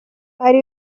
ari